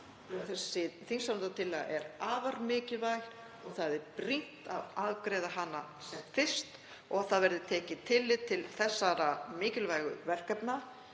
þessi þingsályktunartillaga er afar mikilvæg og brýnt að afgreiða hana sem fyrst. Það verði tekið tillit til þessara mikilvægu verkefna,